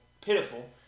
Pitiful